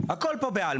הכל פה בעלמא.